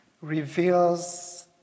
reveals